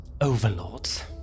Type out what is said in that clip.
overlords